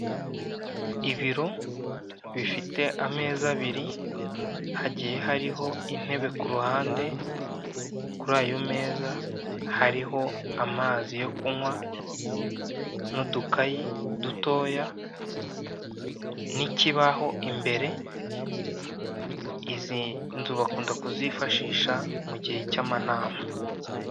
Ibiro bifite ameza abiri, kandi ku ruhande hariho intebe. Kuri ayo meza, hariho amazi yo kunywa n’udukayi dutoya, ndetse imbere hari ikibaho. Izi nyubako bakunda kuzifashisha mu gihe cy’inama.